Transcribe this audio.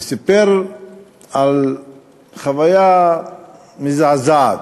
הוא סיפר על חוויה מזעזעת.